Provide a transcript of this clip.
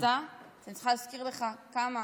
אני צריכה להזכיר לך כמה